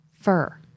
fur